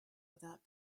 without